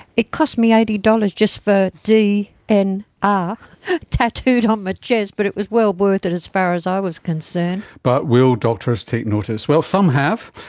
it cost me eighty dollars just for dnr and ah tattooed on my chest but it was well worth it as far as i was concerned. but will doctors take notice? well, some have.